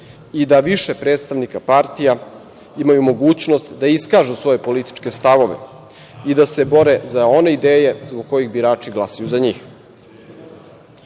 i da više predstavnika partija imaju mogućnost da iskažu svoje političke stavove i da se bore za one ideje zbog kojih birači glasaju za njih. Svaka